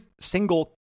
single